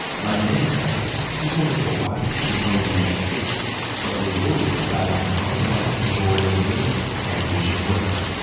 like many settlers, he wanted hawaii to become a u s. state but was worried about its non-white majority of natives and asian workers.